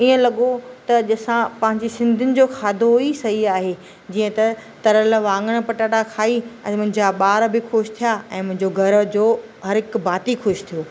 ईअं लॻो त ॾिसां पंहिंजी सिंधियुनि जो खाधो ई सही आहे जीअं त तरियलु वाङण पटाटा खाई ऐं मुंहिंजा ॿार बि ख़ुशि थिया ऐं मुंहिंजो घर जो हर हिकु भाती ख़ुशि थियो